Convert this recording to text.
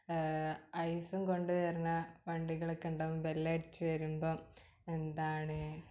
ഐസും കൊണ്ട് വരുന്ന വണ്ടികളൊക്കെ ഉണ്ടാവും ബെല്ലടിച്ച് വരുമ്പം എന്താണ്